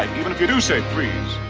even if you do say please.